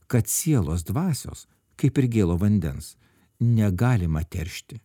kad sielos dvasios kaip ir gėlo vandens negalima teršti